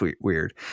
weird